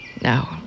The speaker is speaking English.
No